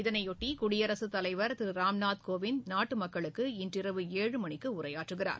இதனையொட்டி குடியரசுத் தலைவர் திரு ராம்நாத் கோவிந்த் நாட்டு மக்களுக்கு இன்று இரவு ஏழு மணிக்கு உரையாற்றுகிறார்